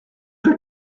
the